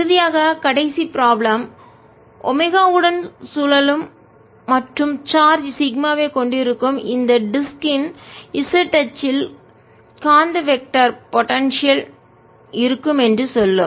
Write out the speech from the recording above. இறுதியாக கடைசி problem omega வுடன் சுழலும் மற்றும் சார்ஜ் சிக்மாவைக் கொண்டிருக்கும் இந்த டிஸ்க் இன் வட்டின் z அச்சில் காந்த வெக்டர் திசையன் போடன்சியல் திறன் இருக்கும் என்று சொல்லும்